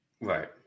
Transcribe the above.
Right